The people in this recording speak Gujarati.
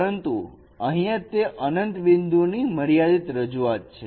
પરંતુ અહીંયા તે અનંત બિંદુ ની મર્યાદિત રજૂઆત છે